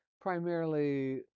primarily